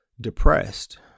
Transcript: depressed